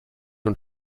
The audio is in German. und